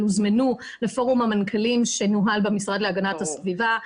הוזמנו לפורום המנכ"לים שנוהל במשרד להגנת הסביבה,